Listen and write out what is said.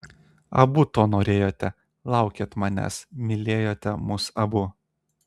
abu to norėjote laukėt manęs mylėjote mus abu